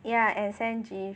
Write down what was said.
yeah and send GIF